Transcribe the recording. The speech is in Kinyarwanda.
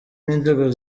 n’inzego